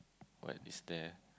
what is there